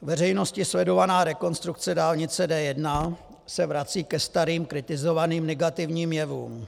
Veřejností sledovaná rekonstrukce dálnice D1 se vrací ke starým kritizovaným negativním jevům.